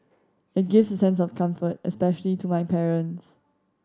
it gives a sense of comfort especially to my parents